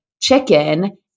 chicken